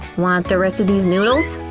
want the rest of these noodles?